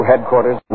Headquarters